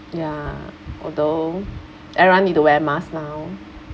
ya although everyone need to wear mask lah now